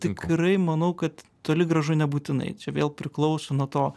tikrai manau kad toli gražu nebūtinai čia vėl priklauso nuo to